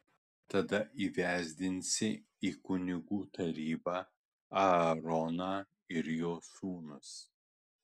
tada įvesdinsi į kunigų tarnybą aaroną ir jo sūnus